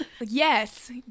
yes